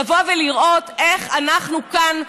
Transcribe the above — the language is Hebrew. לבוא ולראות איך אנחנו כאן,